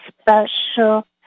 special